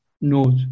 nose